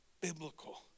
biblical